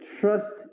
trust